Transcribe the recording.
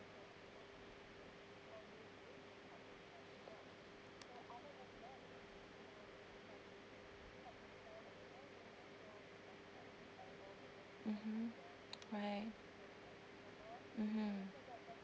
mmhmm right mmhmm